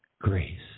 grace